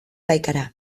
baikara